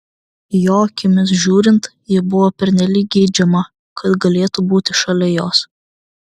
jo akimis žiūrint ji buvo pernelyg geidžiama kad galėtų būti šalia jos